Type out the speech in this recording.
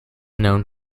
known